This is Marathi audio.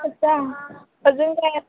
अच्छा अजून काय आहे